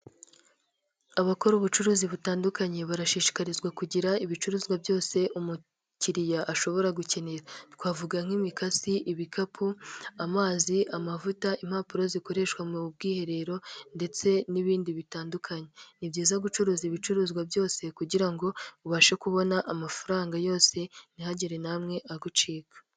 Abakora ubucuruzi butandukanye barashishikarizwa kugira ibicuruzwa byose umukiriya ashobora gukenera, twavuga nk'imikasi ibikapu, amazi, amavuta, impapuro zikoreshwa mu bwiherero ndetse n'ibindi bitandukanye .Ni byiza gucuruza ibicuruzwa byose kugira ngo ubashe kubona amafaranga yose ntihagire n'amwe agucika.